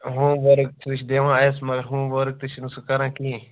home work چھِ أسۍ دِوان أسۍ مَگر ہوم ؤرٕک تہِ چھُنہِ سُہ کَران کِہیٖنٛۍ